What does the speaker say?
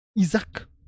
Isaac